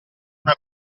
una